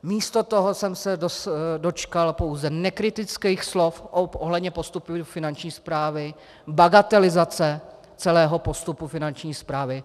Místo toho jsem se dočkal pouze nekritických slov ohledně postupu Finanční správy, bagatelizace celého postupu Finanční správy.